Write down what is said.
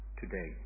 today